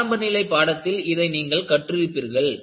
ஆரம்பநிலை பாடத்தில் இதை நீங்கள் கற்று இருப்பீர்கள்